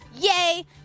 Yay